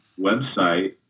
website